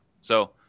So-